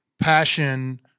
passion